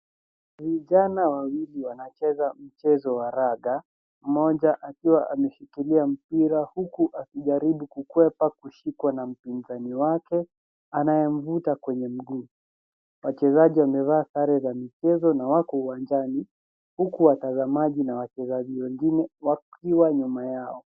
Vijana wawili wanacheza mchezo wa raga mmoja akiwa ameshikilia mpira huku akijaribu kuwepa kushikwa na mpinzani wake anayemvuta kwenye mguu. Wachezaji wamevaa sare za michezo na wako uwanjani huku watazamaji na wachezaji wengine wapo nyuma yao.